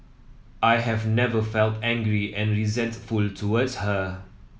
I have never felt angry and resentful towards her